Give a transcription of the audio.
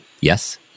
Yes